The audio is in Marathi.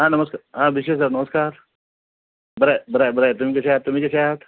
हां नमस हां बिशे सर नमस्कार बरं आहे बरं आहे बरं आहे तुम्ही कशा तुम्ही कसे आहात